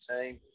team